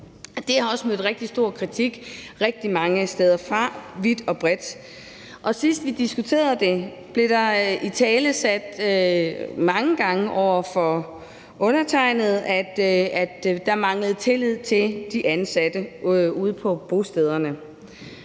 Det har også mødt rigtig stor kritik rigtig mange steder, vidt og bredt. Sidst vi diskuterede det, blev det mange gange over for undertegnede italesat, at der manglede tillid til de ansatte ude på bostederne.